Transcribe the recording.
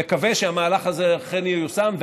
אני מקווה שהמהלך הזה אכן ייושם,